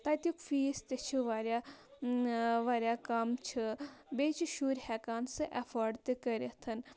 تَتیُک فیٖس تہِ چھُ واریاہ واریاہ کَم چھِ بیٚیہِ چھِ شُرۍ ہٮ۪کان سُہ ایفٲرڈ تہِ کٔرِتھ